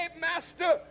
master